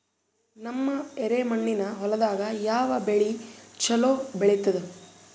ನಮ್ಮ ಎರೆಮಣ್ಣಿನ ಹೊಲದಾಗ ಯಾವ ಬೆಳಿ ಚಲೋ ಬೆಳಿತದ?